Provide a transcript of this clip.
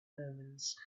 moments